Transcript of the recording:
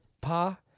Pa